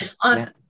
On